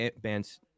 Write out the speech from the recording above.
bands